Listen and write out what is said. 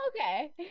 okay